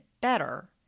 better